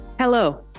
Hello